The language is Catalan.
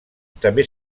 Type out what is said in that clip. també